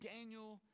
Daniel